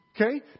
Okay